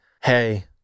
hey